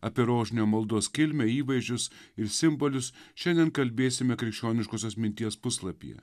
apie rožinio maldos kilmę įvaizdžius ir simbolius šiandien kalbėsime krikščioniškosios minties puslapyje